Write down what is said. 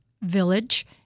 village